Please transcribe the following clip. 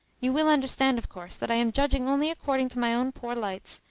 you will understand, of course, that i am judging only according to my own poor lights,